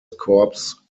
corps